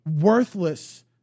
worthless